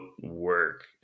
work